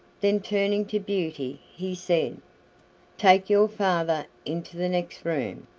then turning to beauty, he said take your father into the next room,